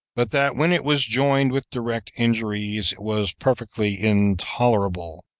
but that when it was joined with direct injuries, it was perfectly intolerable,